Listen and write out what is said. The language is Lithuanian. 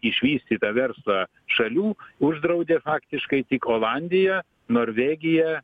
išvystytą verslą šalių uždraudė faktiškai tik olandija norvegija